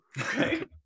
Okay